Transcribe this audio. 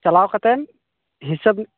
ᱪᱟᱞᱟᱣ ᱠᱟᱛᱮᱫ ᱦᱤᱥᱟᱹᱵᱽ